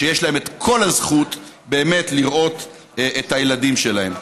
שיש להם את כל הזכות באמת לראות את הילדים שלהם.